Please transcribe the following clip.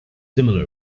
similar